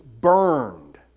burned